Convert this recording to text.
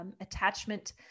attachment